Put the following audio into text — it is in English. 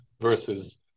versus